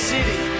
City